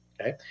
Okay